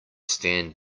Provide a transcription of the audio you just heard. stand